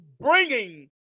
bringing